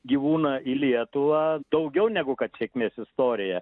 gyvūną į lietuvą daugiau negu kad sėkmės istorija